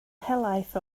helaeth